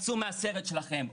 צאו מהסרט שלכם,